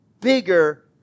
bigger